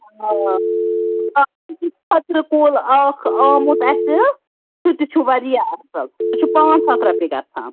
آ خٲطرٕ کُل اَکھ آمُت اسہِ سُہ تہِ چھُ وارِیاہ اصٕل سُہ چھُ پانٛژھ ہتھ رۄپیہِ گَژھان